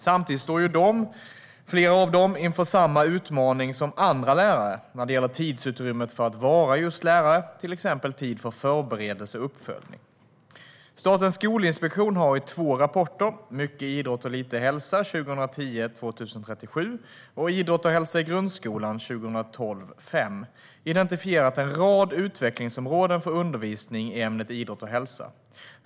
Samtidigt står flera av dem inför samma utmaningar som andra lärare när det gäller tidsutrymmet för att vara just lärare, till exempel tid för förberedelse och uppföljning. Statens skolinspektion har i två rapporter, Mycket idrott och lite hälsa , 2010:2037 och Idrott och hälsa i grundskolan , 2012:5, identifierat en rad utvecklingsområden för undervisningen i ämnet idrott och hälsa.